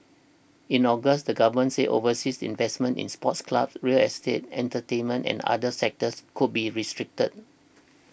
in August the government said overseas investments in sports clubs real estate entertainment and other sectors would be restricted